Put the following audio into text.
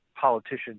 politicians